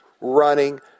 running